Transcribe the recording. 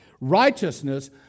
Righteousness